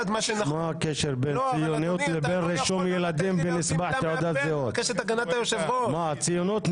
לוועדת הפנים והגנת הסביבה של הכנסת.